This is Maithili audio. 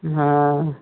हॅं